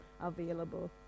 available